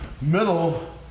middle